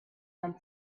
man